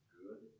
good